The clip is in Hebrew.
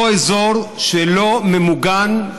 אותו אזור שלא ממוגן,